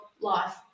life